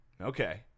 Okay